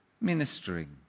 ministering